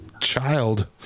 child